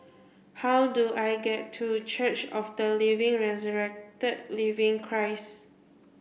how do I get to Church of the Living Christ